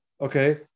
okay